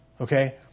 Okay